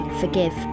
forgive